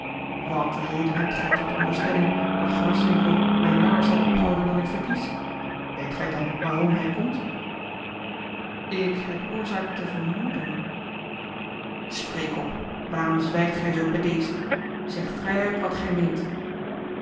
wat reden hebt gij tot de onderstelling dat graswinckel mij langer zou ophouden dan ik verkies weet gij dan waarom hij komt ik heb oorzaak te vermoeden spreek op waarom zwijgt gij zoo bedeesd zeg vrij uit wat gij meent